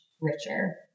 richer